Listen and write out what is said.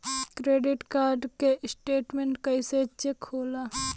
Credit card के statement कइसे check होला?